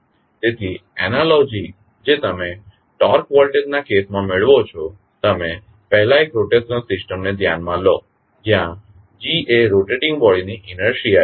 તેથી એનાલોજી જે તમે ટોર્ક વોલ્ટેજ ના કેસમાં મેળવો છો તમે પહેલા એક રોટેશનલ સિસ્ટમ ને ધ્યાનમાં લો જ્યાં g એ રોટેટીંગ બોડી ની ઇનર્શીયા છે